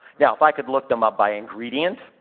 now if i could look them up by ingredient,